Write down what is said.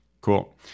Cool